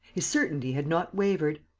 his certainty had not wavered.